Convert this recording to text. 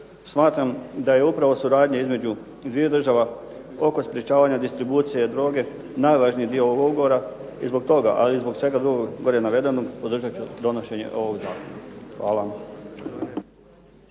smatram da je upravo suradnja između dviju država oko sprječavanja distribucije droge najvažniji dio ovog ugovora, i zbog toga, ali i zbog svega drugog gore navedenog podržat ću donošenje ovog zakona. Hvala